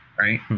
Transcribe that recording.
Right